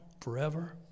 forever